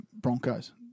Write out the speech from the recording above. Broncos